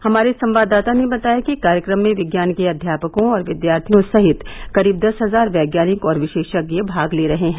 हमारे संवाददाता ने बताया कि कार्यक्रम में विज्ञान के अध्यापकों और विद्यार्थियों सहित करीब दस हजार वैज्ञानिक और विषेशज्ञ भाग ले रहे हैं